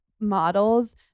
models